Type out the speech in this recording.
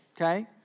okay